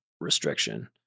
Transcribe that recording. restriction